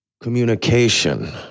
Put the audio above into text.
communication